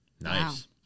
Nice